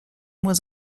was